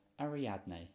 Ariadne